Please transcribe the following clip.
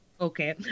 okay